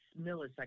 milliseconds